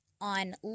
on